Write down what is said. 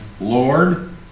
Lord